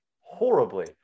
horribly